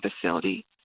facility